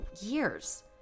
years